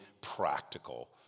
practical